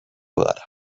gara